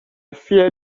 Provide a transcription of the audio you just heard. fear